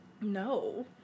No